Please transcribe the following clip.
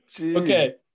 Okay